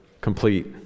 complete